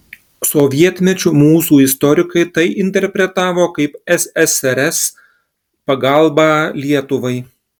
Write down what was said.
sovietmečiu mūsų istorikai tai interpretavo kaip ssrs pagalbą lietuvai